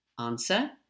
Answer